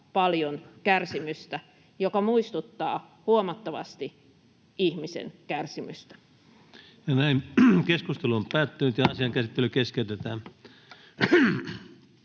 paljon kärsimystä, joka muistuttaa huomattavasti ihmisen kärsimystä. Toiseen käsittelyyn esitellään